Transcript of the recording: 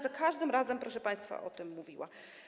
Za każdym razem, proszę państwa, będę o tym mówiła.